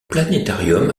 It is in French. planétarium